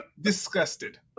Disgusted